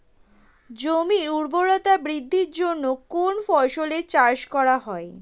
জমির উর্বরতা বৃদ্ধির জন্য কোন ফসলের চাষ করা হয়?